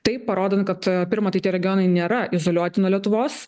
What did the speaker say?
taip parodant kad pirma tai tie regionai nėra izoliuoti nuo lietuvos